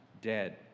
dead